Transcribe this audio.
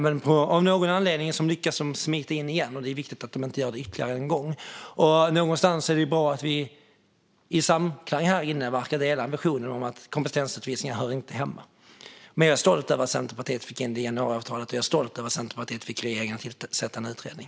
Men av någon anledning lyckas den smita in igen, och det är viktigt att den inte gör det ytterligare en gång. Det är bra att vi verkar vara i samklang om att kompetensutvisningar inte hör hemma här. Jag är stolt över att Centerpartiet fick in det i januariavtalet, och jag är stolt över att Centerpartiet fick regeringen att tillsätta en utredning.